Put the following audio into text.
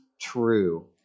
true